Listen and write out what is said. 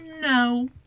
no